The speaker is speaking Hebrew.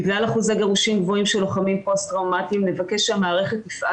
בגלל אחוז הגירושים הגבוה של לוחמים פוסט טראומטיים נבקש שהמערכת תפעל